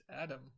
Adam